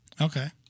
Okay